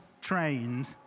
trained